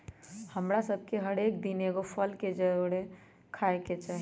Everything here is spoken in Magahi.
हमरा सभके हरेक दिन एगो फल के जरुरे खाय के चाही